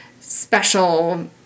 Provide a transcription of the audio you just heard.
special